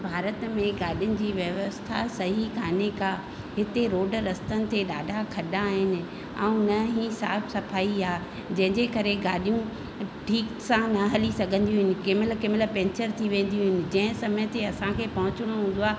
भारत में गाॾीयुनि जी व्यवस्था सही काने का हिते रोड रस्तनि ते ॾाढा खॾा आहिनि ऐं न ई साफ़ु सफ़ाई आहे जंहिंजे करे गाॾियूं ठीक सां न हली सघंदियूं कंहिंमहिल कंहिंमहिल पेंचर थी वेंदियूं जंहिं समय ते असांखे पहुचणो हूंदो आहे